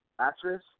actress